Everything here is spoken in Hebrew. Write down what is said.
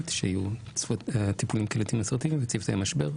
שיהיו טיפולים קהילתיים אסרטיביים וצוותי משבר,